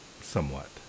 somewhat